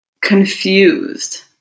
confused